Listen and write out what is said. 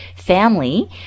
Family